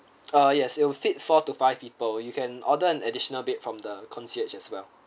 ah yes it'll fit four to five people you can order an additional bed from the concierge as well